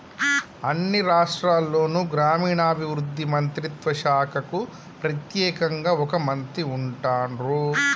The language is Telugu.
అన్ని రాష్ట్రాల్లోనూ గ్రామీణాభివృద్ధి మంత్రిత్వ శాఖకు ప్రెత్యేకంగా ఒక మంత్రి ఉంటాన్రు